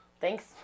Thanks